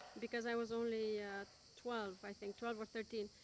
because i was only twelve, i think twelve or thirteen.